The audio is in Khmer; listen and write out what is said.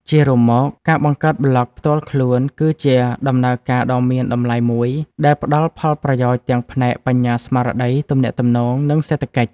ជារួមមក ការបង្កើតប្លក់ផ្ទាល់ខ្លួនគឺជាដំណើរការដ៏មានតម្លៃមួយ ដែលផ្ដល់ផលប្រយោជន៍ទាំងផ្នែក បញ្ញាស្មារតី ទំនាក់ទំនង និងសេដ្ឋកិច្ច។